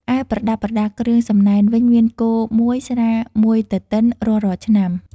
ឯប្រដាប់ប្រដាគ្រឿងសំណែនវិញមាន គោ ១ ស្រា ១ទទិនរាល់ៗឆ្នាំ។